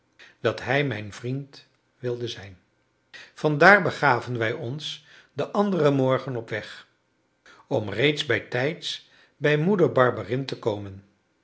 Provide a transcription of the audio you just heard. dat hij mijn vriend wilde zijn van daar begaven wij ons den anderen morgen op weg om reeds bijtijds bij moeder barberin te komen